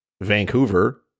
Vancouver